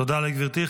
תודה לגברתי.